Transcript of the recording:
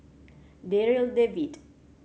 Darryl David